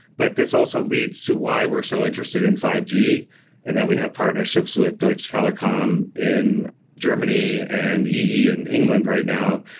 but this also leads to why we're so interested in five g and that we have partnerships with deutsche telekom in germany and ee in england right now,